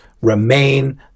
remain